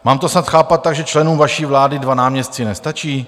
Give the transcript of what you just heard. Mám to snad chápat tak, že členům vaší vlády dva náměstci nestačí?